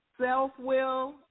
Self-will